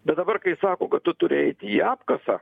bet dabar kai sako kad tu turi eiti į apkasą